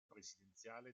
presidenziale